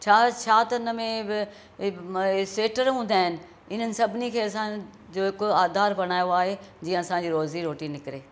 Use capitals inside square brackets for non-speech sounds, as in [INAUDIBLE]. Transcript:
छा त हिन में स्वेटर हूंदा आहिनि इन्हनि सभिनी खे असां जेको आधार [UNINTELLIGIBLE] आहे जीअं असांजी रोज़ी रोटी निकिरे